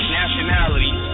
nationalities